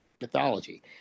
mythology